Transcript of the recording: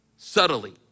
subtly